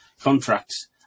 contracts